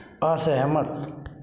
असहमत